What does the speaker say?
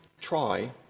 try